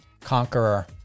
Conqueror